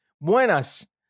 Buenas